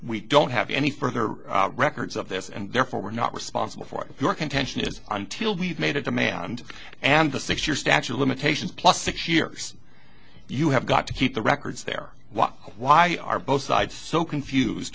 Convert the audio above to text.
we don't have any further records of this and therefore we're not responsible for your contention is until we've made a demand and the six year statute of limitations plus six years you have got to keep the records there why are both sides so confused